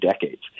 decades